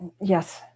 Yes